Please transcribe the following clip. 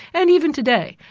and even today,